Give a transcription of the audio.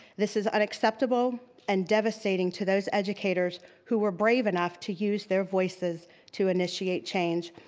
this is unacceptable and devastating to those educators who were brave enough to use their voices to initiate change.